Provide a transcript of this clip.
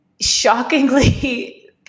shockingly